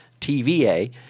TVA